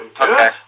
Okay